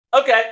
okay